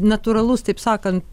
natūralus taip sakant